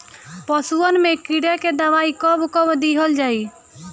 पशुअन मैं कीड़ा के दवाई कब कब दिहल जाई?